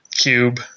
cube